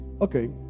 okay